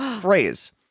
phrase